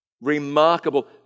remarkable